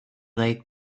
league